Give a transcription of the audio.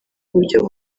buryo